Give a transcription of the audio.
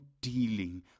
dealing